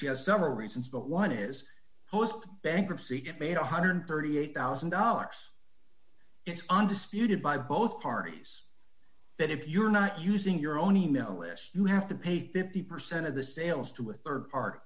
she has several reasons but one is bankruptcy get paid one hundred and thirty eight thousand dollars it's undisputed by both parties that if you're not using your own email list you have to pay fifty percent of the sales to a rd party